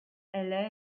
elle